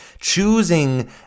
Choosing